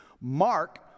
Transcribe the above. Mark